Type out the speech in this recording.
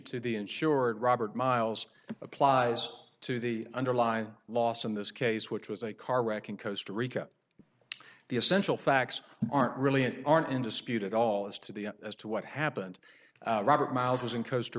to the insured robert miles applies to the underline loss in this case which was a car wreck in coastal rica the essential facts aren't really aren't in dispute at all as to the as to what happened robert miles was in coasta